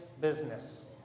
business